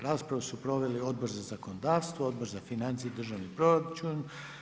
Raspravu su proveli Odbor za zakonodavstvo, Odbor za financije i državni proračun.